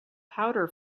powder